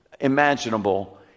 imaginable